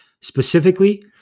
specifically